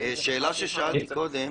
שאלה ששאלתי קודם,